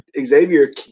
Xavier